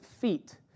feet